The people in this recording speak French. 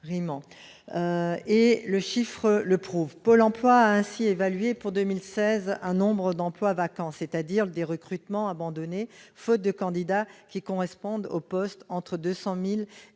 et les chiffres le prouvent. Pour 2016, Pôle emploi a ainsi évalué le nombre d'emplois vacants, c'est-à-dire des recrutements abandonnés faute de candidats correspondant au poste, entre 200 000 et 330 000.